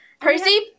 Percy